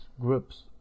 groups